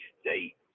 State